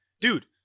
dude